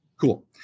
Cool